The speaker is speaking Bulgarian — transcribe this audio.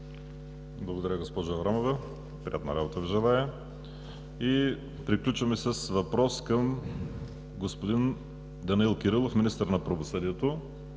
Благодаря, госпожо Аврамова. Приятна работа Ви желая. Приключваме с въпрос към господин Данаил Кирилов, министър на правосъдието,